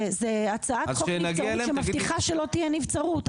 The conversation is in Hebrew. זה הצעת חוק נבצרות שמבטיחה שלא תהיה נצברות,